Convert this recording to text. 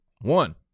one